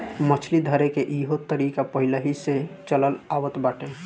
मछली धरेके के इहो तरीका पहिलेही से चलल आवत बाटे